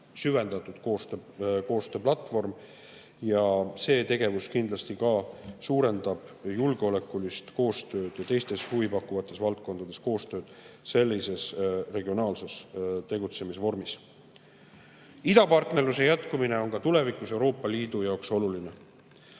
koostööplatvorm. See tegevus kindlasti suurendab julgeolekulist koostööd ja teistes huvipakkuvates valdkondades koostööd sellises regionaalses tegutsemisvormis. Idapartnerluse jätkumine on ka tulevikus Euroopa Liidu jaoks oluline.